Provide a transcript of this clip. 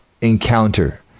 encounter